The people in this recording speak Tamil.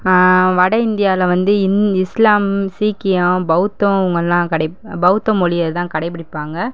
வட இந்தியாவில வந்து இன் இஸ்லாம் சீக்கியம் பௌத்தம் இவங்கெல்லாம் கடை பௌத்த மொழிய தான் கடைப்பிடிப்பாங்கள்